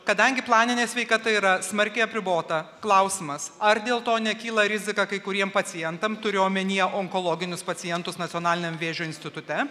kadangi planinė sveikata yra smarkiai apribota klausimas ar dėl to nekyla rizika kai kuriem pacientam turiu omenyje onkologinius pacientus nacionaliniam vėžio institute